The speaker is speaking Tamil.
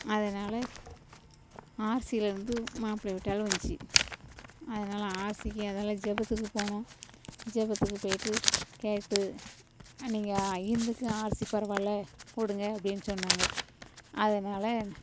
அதனால் ஆர்சிலேருந்து மாப்பிளை வீட்டாலும் வந்துச்சு அதனால் ஆர்சிக்கு அதெல்லாம் ஜெபத்துக்கு போகணும் ஜெபத்துக்கு போய்விட்டு கேட்டு நீங்கள் இந்துக்கும் ஆர்சி பரவாயில்ல கொடுங்க அப்படினு சொன்னாங்க அதனால்